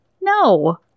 No